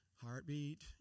heartbeat